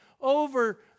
over